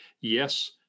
yes